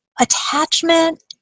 attachment